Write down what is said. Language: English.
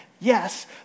yes